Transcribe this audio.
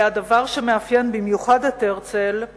והדבר שמאפיין במיוחד את הרצל הוא